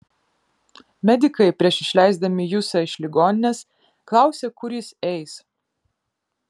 medikai prieš išleisdami jusą iš ligoninės klausė kur jis eis